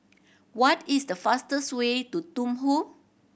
what is the fastest way to Thimphu